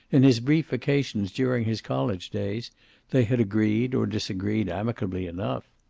in his brief vacations during his college days they had agreed or disagreed, amicably enough.